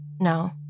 No